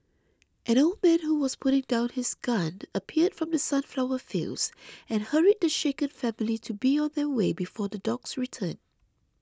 an old man who was putting down his gun appeared from the sunflower fields and hurried the shaken family to be on their way before the dogs return